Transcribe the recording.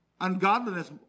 Ungodliness